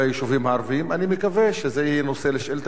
אני מקווה שזה יהיה נושא לשאילתא אחרת לשר אחר.